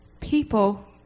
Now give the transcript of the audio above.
people